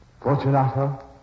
Fortunato